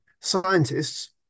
scientists